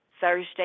Thursday